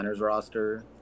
roster